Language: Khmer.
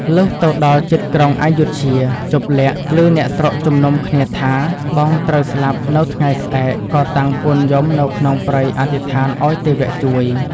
លុះទៅដល់ជិតក្រុងឰយធ្យា ជប្បលក្សណ៍ ឮអ្នកស្រុកជំនុំគ្នាថាបងត្រូវស្លាប់នៅថ្ងៃស្អែកក៏តាំងពួនយំនៅក្នុងព្រៃអធិដ្ឋានឱ្យទេវៈជួយ។